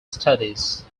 studies